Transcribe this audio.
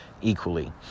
equally